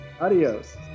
Adios